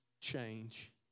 change